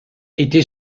était